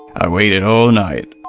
i waited all night,